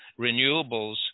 renewables